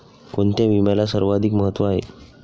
कोणता विम्याला सर्वाधिक महत्व आहे?